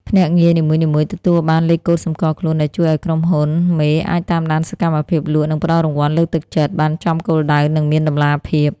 ភ្នាក់ងារនីមួយៗទទួលបាន "លេខកូដសម្គាល់ខ្លួន" ដែលជួយឱ្យក្រុមហ៊ុនមេអាចតាមដានសកម្មភាពលក់ និងផ្ដល់រង្វាន់លើកទឹកចិត្តបានចំគោលដៅ និងមានតម្លាភាព។